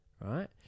Right